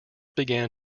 began